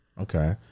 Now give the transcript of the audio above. Okay